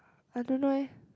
I don't know leh